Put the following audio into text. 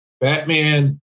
Batman